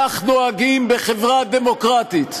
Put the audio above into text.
כך נוהגים בחברה דמוקרטית.